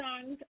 songs